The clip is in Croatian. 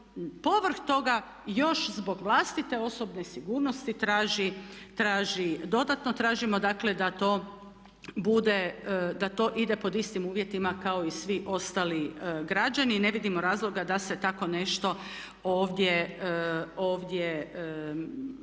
povrh toga još zbog vlastite osobne sigurnosti traži, dodatno tražimo, dakle da to bude, da to ide pod istim uvjetima kao i svi ostali građani i ne vidimo razloga da se tako nešto ovdje